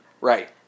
Right